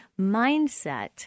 mindset